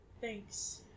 Thanks